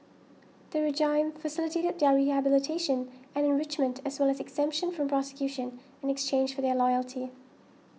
the regime facilitated their rehabilitation and enrichment as well as exemption from prosecution in exchange for their loyalty